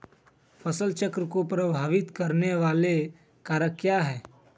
फसल चक्र को प्रभावित करने वाले कारक क्या है?